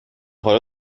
حالا